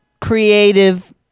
creative